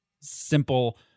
simple